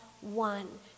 one